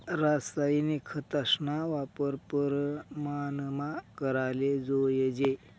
रासायनिक खतस्ना वापर परमानमा कराले जोयजे